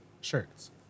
shirts